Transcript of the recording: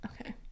Okay